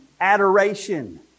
adoration